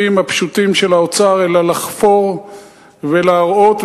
הפשוטים של האוצר אלא לחפור ולהראות,